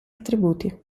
attributi